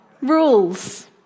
Rules